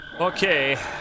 Okay